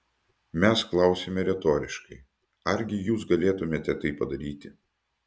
mes klausiame retoriškai argi jus galėtumėte tai padaryti